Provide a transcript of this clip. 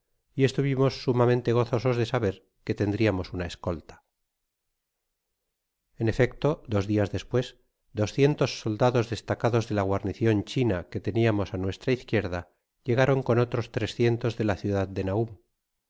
y estuvimos sumamente gozosos de saber que tendriamos una escolta en efecto dos dias despues doscientos soldados destacados de la guarnicion china que tenia mos á nuestra izquierda llegaron con otros trescientos de la ciudad de nañm